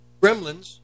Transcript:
gremlins